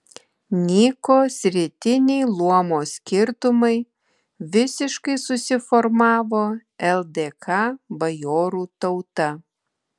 nyko sritiniai luomo skirtumai visiškai susiformavo ldk bajorų tauta